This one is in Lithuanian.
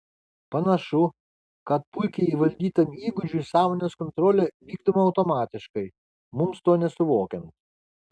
panašu kad puikiai įvaldytam įgūdžiui sąmonės kontrolė vykdoma automatiškai mums to nesuvokiant